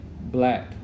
black